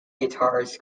guitars